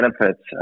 benefits